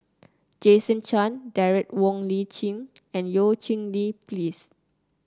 Jason Chan Derek Wong Li Qing and Eu Cheng Li Phyllis